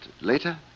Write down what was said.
later